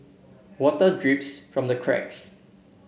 water drips from the cracks